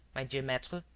my dear maitre,